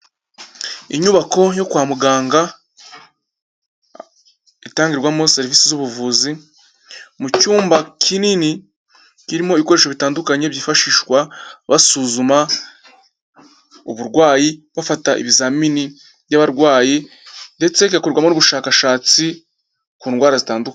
Inyubako yo kwa muganga, itangirwamo serivise z'ubuvuzi, mu cyumba kinini kirimo ibikoresho bitandukanye byifashishwa basuzuma uburwayi, bafata ibizamini by'abarwayi ndetse igakorerwamo n'ubushakashatsi ku ndwara zitandukanye.